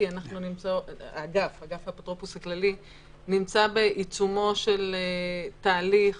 כי אגף האפוטרופוס הכללי נמצא בעיצומו של תהליך